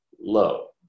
low